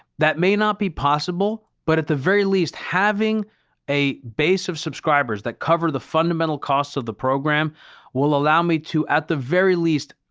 that may not be possible. but at the very least, having a base of subscribers that cover the fundamental costs of the program will allow me to, at the very least,